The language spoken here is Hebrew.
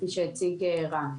כפי שהציג ערן.